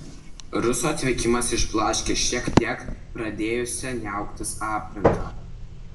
ruso atvykimas išblaškė šiek tiek pradėjusią niauktis aplinką